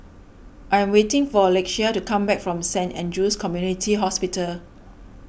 I'm waiting for Lakeshia to come back from Saint andrew's Community Hospital